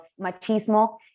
machismo